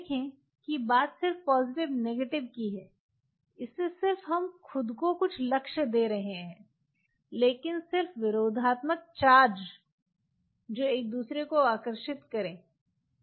देखें कि बात सिर्फ पॉजिटिव नेगेटिव की है इससे सिर्फ हम खुद को कुछ लक्ष्य देते हैं लेकिन सिर्फ विरोधात्मक चार्जेज जो एक दूसरे को आकर्षित करेंगे